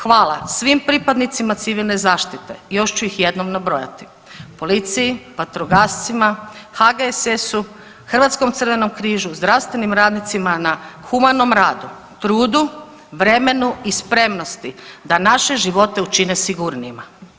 Hvala svim pripadnicima civilne zaštite, još ću ih jednom nabrojati, policiji, vatrogascima, HGSS-u, Hrvatskom crvenom križu, zdravstvenim radnicima na humanom radu, trudu, vremenu i spremnosti da naše živote učine sigurnijima.